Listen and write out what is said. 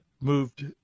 moved